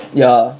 ya